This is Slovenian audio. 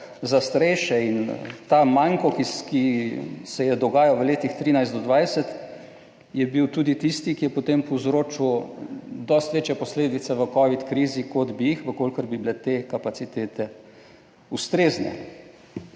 in ta manjko, ki se je dogajal v letih 2013 do 2020, je bil tudi tisti, ki je potem povzročil dosti večje posledice v covid krizi, kot bi jih, v kolikor bi bile te kapacitete ustrezne.